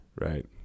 Right